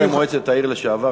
מועצת העיר לשעבר,